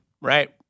right